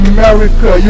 America